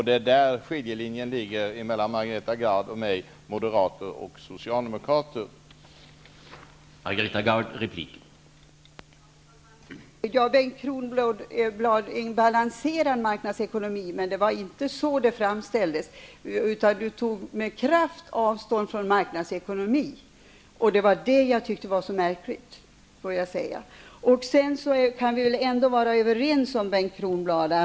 Det är där skiljelinjen mellan Margareta Gard och mig, mellan Moderater och Socialdemokrater, går.